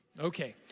Okay